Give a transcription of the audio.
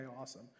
awesome